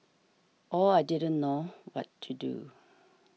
all I didn't know what to do